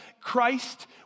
Christ